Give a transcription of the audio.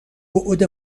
بُعد